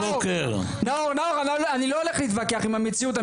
נאור אני לא הולך להתווכח עם המציאות,